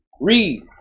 Read